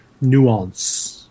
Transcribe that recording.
nuance